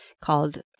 called